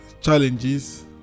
challenges